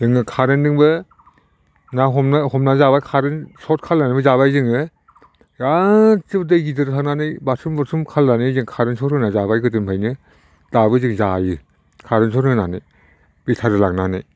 जोङो खारेन्टजोंबो ना हमनानै जाबाय कारेन्ट सट खालामनानैबो जाबाय जोङो गासैबो दै गिदिराव थांनानै बारसन बुरसन खालामनानै जों कारेन्ट सट होनानै जाबाय गोदोनिफ्रायनो दाबो जों जायो कारेन्ट सट होनानै बेटारि लांनानै